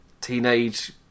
teenage